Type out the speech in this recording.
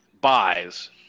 buys